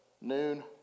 Noon